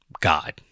god